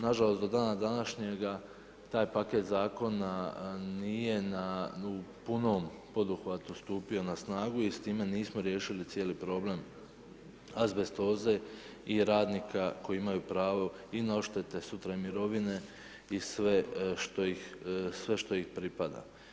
Nažalost do dana današnjega taj paket zakona nije u punom poduhvatu stupio na snagu i s time nismo riješili cijeli problem azbestoze i radnika koji imaju pravo i na odštete, sutra i mirovine i sve što ih pripada.